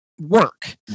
work